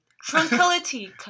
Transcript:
Tranquility